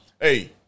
Hey